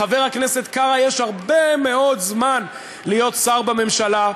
לחבר הכנסת קרא יש הרבה מאוד זמן להיות שר בממשלה,